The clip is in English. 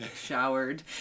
showered